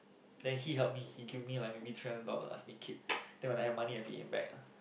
then he help me he give me like maybe three hundred dollar ask me keep then when I got money I pay him back ah